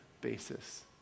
basis